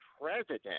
president